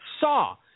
Saw